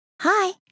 Hi